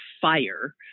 fire